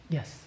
Yes